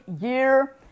year